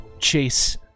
chase